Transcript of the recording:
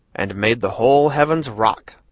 and made the whole heavens rock.